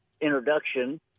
introduction